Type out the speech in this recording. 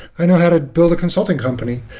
i know how to build a consulting company.